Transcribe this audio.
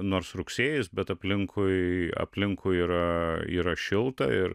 nors rugsėjis bet aplinkui aplinkui yra yra šilta ir